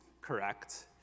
correct